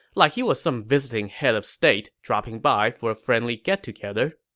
like he was some visiting head of state dropping by for a friendly get-together.